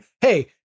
Hey